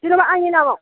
जेन'बा आंनि नामाव